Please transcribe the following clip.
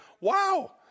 wow